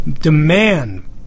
demand